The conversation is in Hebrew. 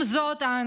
עם זאת,